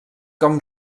com